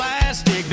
plastic